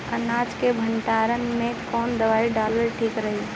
अनाज के भंडारन मैं कवन दवाई डालल ठीक रही?